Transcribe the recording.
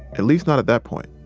at least not at that point.